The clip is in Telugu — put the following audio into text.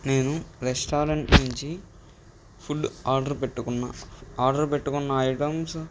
నేను రెస్టారెంట్ నుంచి ఫుడ్ ఆర్డర్ పెట్టుకున్నా ఆర్డర్ పెట్టుకున్న ఐటమ్స్